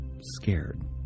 scared